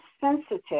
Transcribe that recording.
sensitive